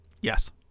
Yes